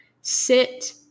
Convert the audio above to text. sit